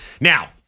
Now